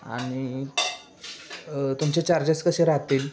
आणि तुमचे चार्जेस कसे राहतील